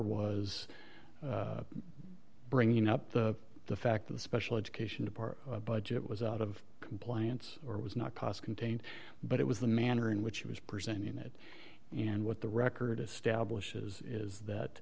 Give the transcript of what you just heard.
was bringing up the the fact the special education part of a budget was out of compliance or was not pos contained but it was the manner in which he was presenting it and what the record establishes is that